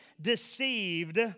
deceived